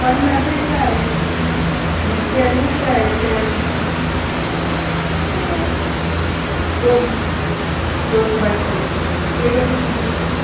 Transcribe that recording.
पन्नाशेक जाय आनी तेलूय जाय तेल थोडे जाय हय दोन दोन बाटले सुमार तें कशे दितले तूं